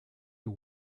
you